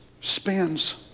Spins